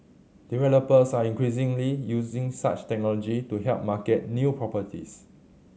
developers are increasingly using such technology to help market new properties